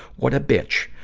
what a bitch!